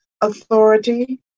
Authority